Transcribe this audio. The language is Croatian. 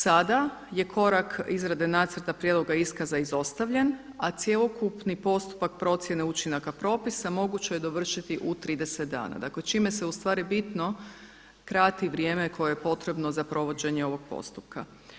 Sada je korak izrade nacrta prijedloga iskaza izostavljen, a cjelokupni postupak procjene učinaka propisa moguće je dovršiti u 30 dana, čime se u bitno krati vrijeme koje je potrebno za provođenje ovog postupka.